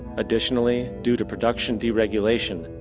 additionally, due to production-deregulation,